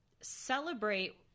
celebrate